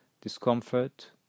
discomfort